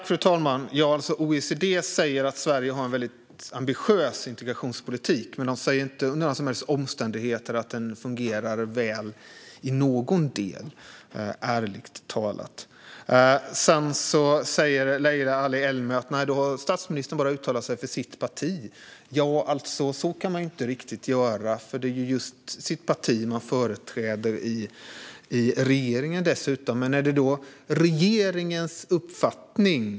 Fru talman! OECD säger att Sverige har en väldigt ambitiös integrationspolitik. Men de säger inte under några som helst omständigheter att den fungerar väl i någon del, ärligt talat. Leila Ali-Elmi säger att statsministern bara har uttalat sig för sitt parti. Så kan man inte riktigt göra. Det är just sitt parti man företräder i regeringen.